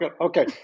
Okay